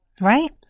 right